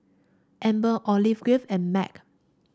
Campbell Olive Grove and Mac